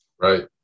Right